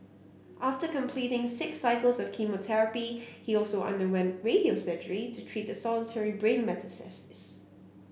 after completing six cycles of chemotherapy he also underwent radio surgery to treat the solitary brain metastasis